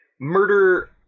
murder